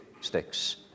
sticks